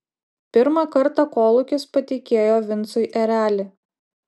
pirmą kartą kolūkis patikėjo vincui erelį